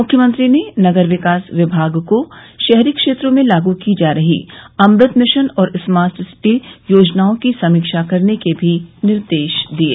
मुख्यमंत्री ने नगर विकास विभाग को शहरी क्षेत्रों में लागू की जा रही अमृत मिशन और स्मार्ट सिटी योजनाओं की समीक्षा करने के भी निर्देश दिये